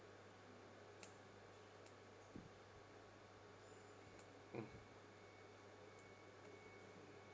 mm